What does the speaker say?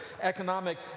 economic